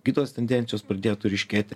kitos tendencijos pradėtų ryškėti